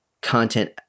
content